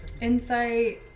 Insight